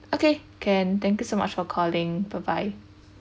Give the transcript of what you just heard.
okay can thank you so much for calling bye bye